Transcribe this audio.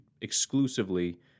exclusively